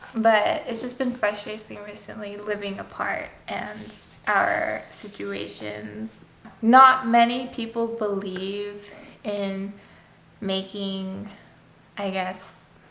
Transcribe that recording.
but it's just been frustrating recently living apart and our situations not many people believe in making i guess